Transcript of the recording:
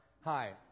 Hi